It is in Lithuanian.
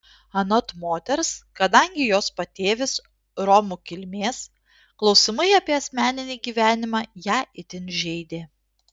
anot moters kadangi jos patėvis romų kilmės klausimai apie asmeninį gyvenimą ją itin žeidė